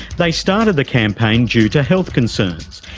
they started the campaign due to health concerns,